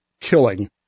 killing